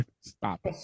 Stop